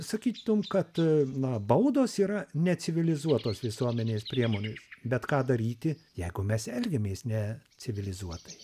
sakytum kad na baudos yra ne civilizuotos visuomenės priemonės bet ką daryti jeigu mes elgiamės ne civilizuotai